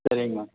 சரிங்கம்மா